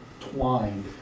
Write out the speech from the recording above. twined